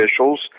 officials